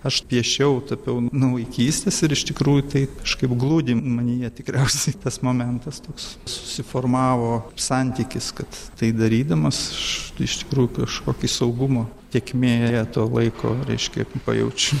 aš piešiau tapiau nuo vaikystės ir iš tikrųjų tai kažkaip glūdi manyje tikriausiai tas momentas toks susiformavo santykis kad tai darydamas aš iš tikrųjų kažkokį saugumo tėkmėje to laiko reiškia pajaučiu